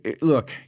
look